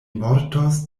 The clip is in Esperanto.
mortos